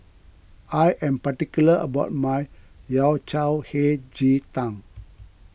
I am particular about my Yao Cai Hei Ji Tang